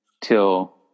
till